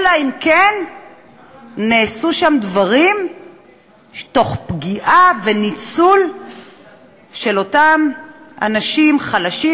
אלא אם כן נעשו שם דברים תוך פגיעה וניצול של אותם אנשים חלשים,